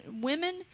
Women